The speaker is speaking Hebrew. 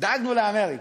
דאגנו לאמריקה.